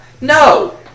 No